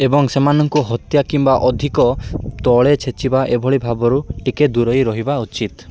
ଏବଂ ସେମାନଙ୍କୁ ହତ୍ୟା କିମ୍ବା ଅଧିକ ତଳେ ଛେଚିବା ଏଭଳି ଭାବରୁ ଟିକେ ଦୂରେଇ ରହିବା ଉଚିତ